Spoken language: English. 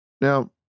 Now